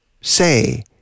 say